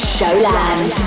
Showland